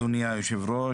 אדוני היושב-ראש,